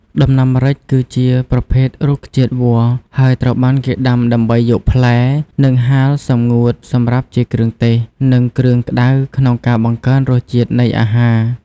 ដំណាំម្រេចជាប្រភេទរុក្ខជាតិវល្លិ ហើយត្រូវបានគេដាំដើម្បីយកផ្លែ និងហាលសម្ងួតសម្រាប់ជាគ្រឿងទេស និងគ្រឿងក្ដៅក្នុងការ បង្កើនរសជាតិនៃអាហារ។